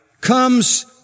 comes